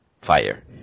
fire